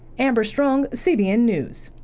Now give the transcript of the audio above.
amber strong, cbn news.